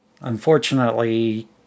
Unfortunately